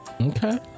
Okay